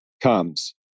comes